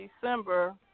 December